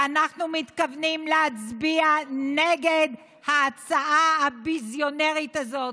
ואנחנו מתכוונים להצביע נגד ההצעה הביזיונרית הזאת,